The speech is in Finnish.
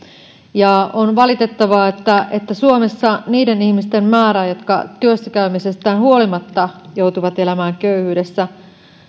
on valitettavaa että että suomessa niiden ihmisten määrä jotka työssä käymisestään huolimatta joutuvat elämään köyhyydessä